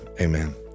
amen